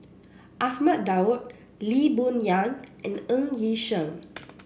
Ahmad Daud Lee Boon Yang and Ng Yi Sheng